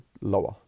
lower